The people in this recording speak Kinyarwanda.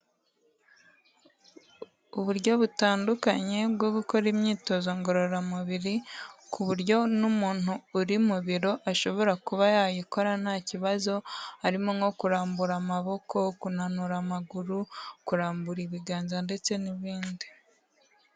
Uburyo butandukanye bwo gukora imyitozo ngororamubiri, ku buryo n'umuntu uri mu biro ashobora kuba yayikora nta kibazo, harimo nko kurambura amaboko, kunanura amaguru, kurambura ibiganza ndetse n'ibindi.